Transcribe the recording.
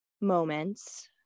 moments